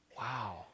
wow